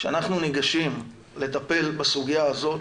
כשאנחנו ניגשים לטפל בסוגיה הזאת